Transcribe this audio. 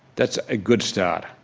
that's a good start.